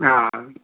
अँ